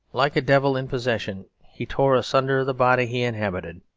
like a devil in possession, he tore asunder the body he inhabited